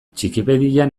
txikipedian